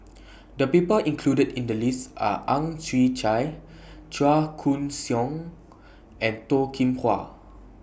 The People included in The list Are Ang Chwee Chai Chua Koon Siong and Toh Kim Hwa